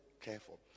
careful